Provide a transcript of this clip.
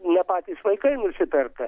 ne patys vaikai nusiperka